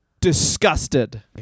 disgusted